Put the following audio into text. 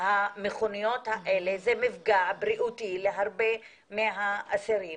המכוניות האלה זה מפגע בריאותי להרבה מאסירים.